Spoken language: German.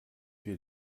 wir